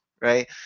right